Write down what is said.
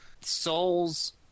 Souls